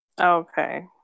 Okay